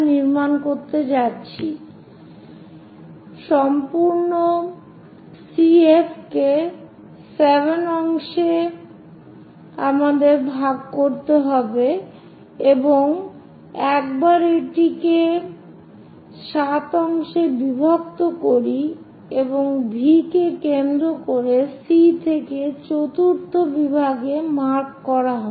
সুতরাং সম্পূর্ণ CF কে 7 অংশে আমাদের ভাগ করতে হবে এবং একবার আমরা এটিকে 7 অংশে বিভক্ত করি এবং V কে কেন্দ্র করে C থেকে চতুর্থ বিভাগে মার্ক করা হয়